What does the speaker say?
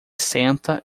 senta